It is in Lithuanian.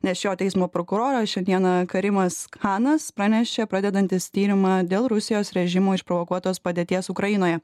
nes šio teismo prokuroro šiandieną karimas kanas pranešė pradedantis tyrimą dėl rusijos režimo išprovokuotos padėties ukrainoje